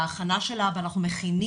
להכנה של אבא.